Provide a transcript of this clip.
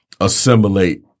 assimilate